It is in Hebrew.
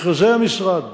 מכרזי המשרד